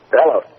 Hello